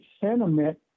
sentiment